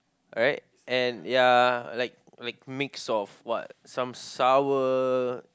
alright and ya like like mix of what some sour